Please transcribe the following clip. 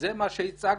זה מה שהצגת.